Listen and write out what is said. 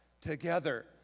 together